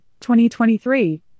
2023